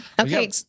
okay